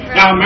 Now